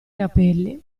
capelli